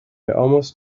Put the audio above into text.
almost